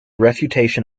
refutation